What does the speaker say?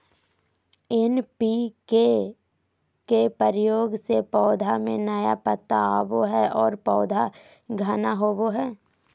NPK के प्रयोग से पौधा में नया पत्ता आवो हइ और पौधा घना होवो हइ